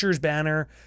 Banner